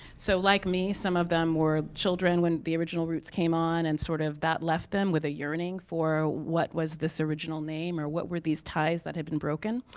so, like, some of them were children when the original roots came on, and sort of that left them with a yearning for what was this original name? or what were these ties that had been broken?